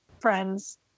friends